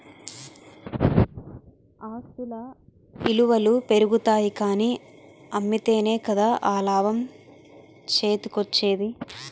ఆస్తుల ఇలువలు పెరుగుతాయి కానీ అమ్మితేనే కదా ఆ లాభం చేతికోచ్చేది?